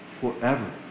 forever